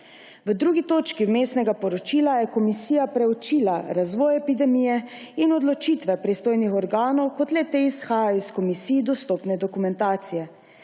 V drugi točki vmesnega poročila je komisija preučila razvoj epidemije in odločitve pristojnih organov kot le-te izhajajo iz komisiji dostopne dokumentacije.